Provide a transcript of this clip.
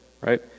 right